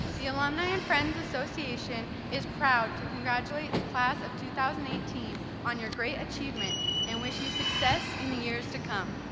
the alumni and friends association is proud to congratulate the class of two thousand and eighteen on your great achievement and wish you success in the years to come.